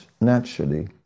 naturally